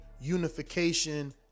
unification